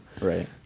right